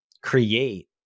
create